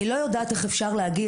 אני לא יודעת איך אפשר להגיד,